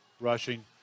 rushing